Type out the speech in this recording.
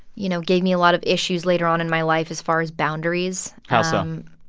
you know, gave me a lot of issues later on in my life as far as boundaries how so? um